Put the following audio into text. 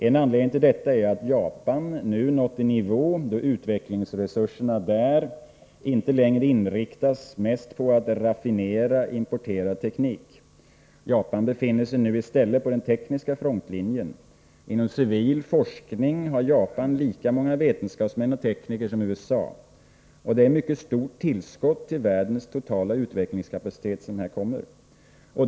En anledning till detta är att Japan nu nått en nivå då utvecklingsresurserna där inte längre inriktas mest på att raffinera importerad teknik. Japan befinner sig i stället på den tekniska frontlinjen. Inom civil forskning har Japan lika många vetenskaps män och tekniker som USA. Detta är ett mycket stort tillskott till världens totala utvecklingskapacitet.